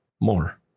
more